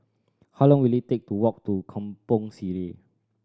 how long will it take to walk to Kampong Sireh